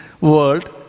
world